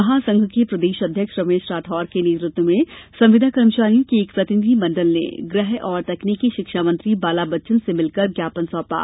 महासंघ के प्रदेश अध्यक्ष रमेश राठौर के नेतृत्व में संविदा कर्मचारियों के एक प्रतिनिधि मंडल ने गृह एवं तकनीकी शिक्षा मंत्री बाला बच्चन से मिलकर ज्ञापन सोंपा